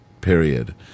period